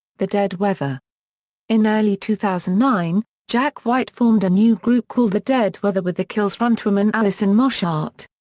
the dead weather in early two thousand and nine, jack white formed a new group called the dead weather with the kills' frontwoman alison mosshart.